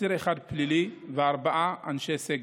אסיר אחד פלילי וארבעה אנשי סגל.